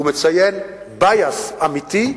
הוא מציין bias אמיתי,